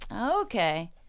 Okay